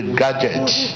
gadgets